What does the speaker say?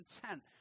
content